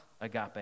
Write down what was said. agape